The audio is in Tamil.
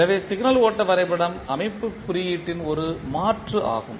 எனவே சிக்னல் ஓட்ட வரைபடம் அமைப்புக் குறியீட்டின் ஒரு மாற்று ஆகும்